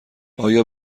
آیا